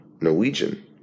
Norwegian